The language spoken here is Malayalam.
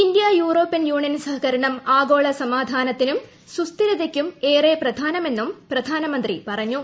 ഇന്ത്യ യൂറോപ്യൻ യൂണിയൻ സഹ്യക്ടർണം ആഗോള സമാധാനത്തിനും സുസ്ഥിരതയ്ക്കും ഏറെ പ്രധാനമെന്നും പ്രധാനമന്ത്രി പറഞ്ഞു